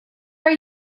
are